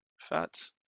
Fats